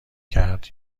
کرد